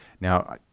now